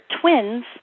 twins